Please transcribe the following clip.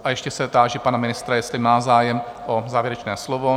A ještě se táži pana ministra, jestli má zájem o závěrečné slovo?